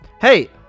Hey